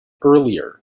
earlier